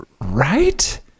right